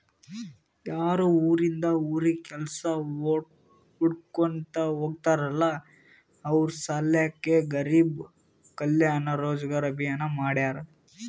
ಯಾರು ಉರಿಂದ್ ಉರಿಗ್ ಕೆಲ್ಸಾ ಹುಡ್ಕೋತಾ ಹೋಗ್ತಾರಲ್ಲ ಅವ್ರ ಸಲ್ಯಾಕೆ ಗರಿಬ್ ಕಲ್ಯಾಣ ರೋಜಗಾರ್ ಅಭಿಯಾನ್ ಮಾಡ್ಯಾರ್